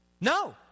No